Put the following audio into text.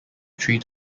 three